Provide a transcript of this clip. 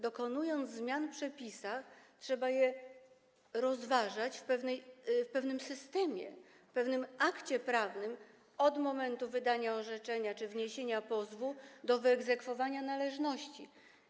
Dokonując zmian w przepisach, trzeba je rozważać w pewnym systemie, w pewnym akcie prawnym, od momentu wydania orzeczenia czy wniesienia pozwu do wyegzekwowania należności.